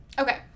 Okay